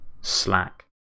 slack